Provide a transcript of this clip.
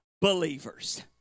believers